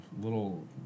little